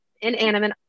inanimate